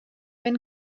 wenn